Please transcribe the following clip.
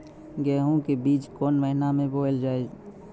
गेहूँ के बीच कोन महीन मे बोएल जाए?